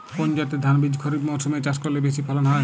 কোন জাতের ধানবীজ খরিপ মরসুম এ চাষ করলে বেশি ফলন হয়?